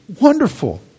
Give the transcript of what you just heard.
Wonderful